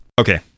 okay